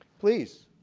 please.